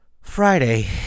Friday